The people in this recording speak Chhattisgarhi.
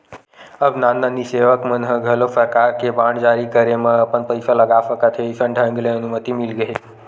अब नान नान निवेसक मन ह घलोक सरकार के बांड जारी करे म अपन पइसा लगा सकत हे अइसन ढंग ले अनुमति मिलगे हे